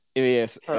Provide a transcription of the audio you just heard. yes